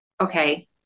Okay